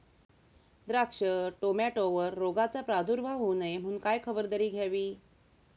द्राक्ष, टोमॅटोवर रोगाचा प्रादुर्भाव होऊ नये म्हणून काय खबरदारी घ्यावी?